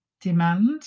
demand